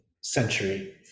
century